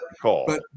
call